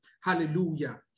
Hallelujah